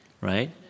right